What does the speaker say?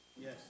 Yes